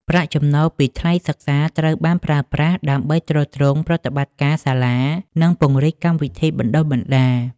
ប្រាក់ចំណូលពីថ្លៃសិក្សា ត្រូវបានប្រើប្រាស់ដើម្បីទ្រទ្រង់ប្រតិបត្តិការសាលា និងពង្រីកកម្មវិធីបណ្តុះបណ្តាល។